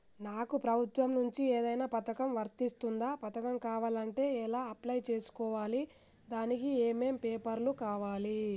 నాకు ప్రభుత్వం నుంచి ఏదైనా పథకం వర్తిస్తుందా? పథకం కావాలంటే ఎలా అప్లై చేసుకోవాలి? దానికి ఏమేం పేపర్లు కావాలి?